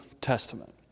Testament